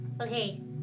Okay